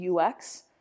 UX